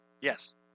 Yes